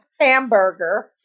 hamburger